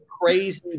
crazy